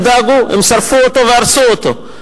הם דאגו: הם שרפו אותו והרסו אותו,